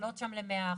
ולהעלות שם ל-100%,